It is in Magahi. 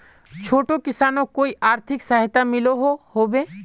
छोटो किसानोक कोई आर्थिक सहायता मिलोहो होबे?